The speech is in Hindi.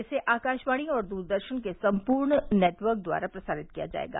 इसे आकाशवाणी और दूरदर्शन के संपूर्ण नेटवर्क द्वारा प्रसारित किया जायेगा